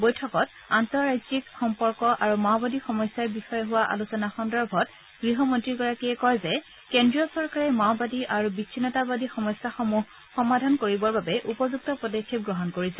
বৈঠকত আন্তঃৰাজ্যিক সম্পৰ্ক আৰু মাওবাদী সমস্যাৰ বিষয়ে হোৱা আলোচনা সন্দৰ্ভত গৃহমন্ত্ৰীগৰাকীয়ে কয় যে কেন্দ্ৰীয় চৰকাৰে মাওবাদী আৰু বিছিন্নতাবাদী সমস্যাসমূহ সমাধান কৰিবৰ বাবে উপযুক্ত পদক্ষেপ গ্ৰহণ কৰিছে